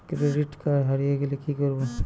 Credit card হারিয়ে গেলে কি করব?